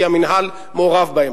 כי המינהל מעורב בהן.